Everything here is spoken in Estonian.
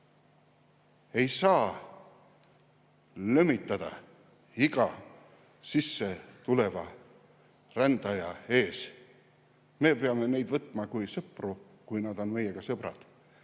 saa lömitada iga sissetuleva rändaja ees! Me peame neid võtma kui sõpru, kui nad on meiega sõbrad.